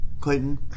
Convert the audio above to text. Clayton